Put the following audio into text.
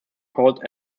called